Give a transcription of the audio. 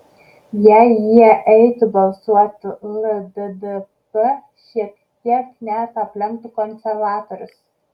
jei jie eitų balsuoti lddp šiek tiek net aplenktų konservatorius